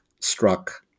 struck